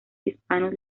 hispanos